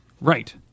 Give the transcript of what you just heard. Right